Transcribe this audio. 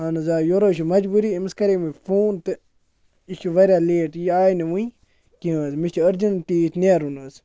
اَہن حظ آ یورٕ حظ چھِ مَجبوٗری أمِس کَرے مےٚ فون تہٕ یہِ چھِ واریاہ لیٹ یہِ آیہِ نہٕ وٕنۍ کینٛہہ حظ مےٚ چھِ أرجَنٹ ییٚتہِ نیرُن حظ